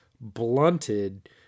blunted